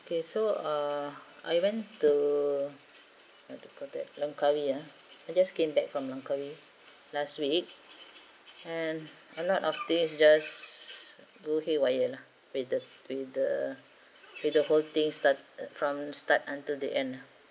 okay so uh I went to what you call that langkawi ah I just came back from langkawi last week and a lot of thing just go haywire lah with the with the with the whole thing start uh from start until the end lah